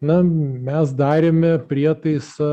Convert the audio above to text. na mes darėme prietaisą